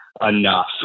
Enough